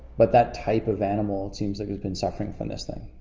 but that type of animal seems like it's been suffering from this thing?